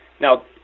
Now